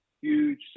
huge